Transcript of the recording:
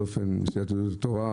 בסיעת יהדות התורה,